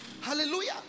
Hallelujah